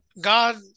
God